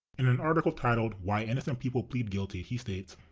in an article titled why innocent people plead guilty he states